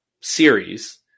series